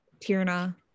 Tierna